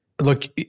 look